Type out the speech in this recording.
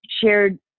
shared